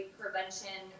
prevention